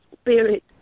Spirit